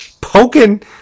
poking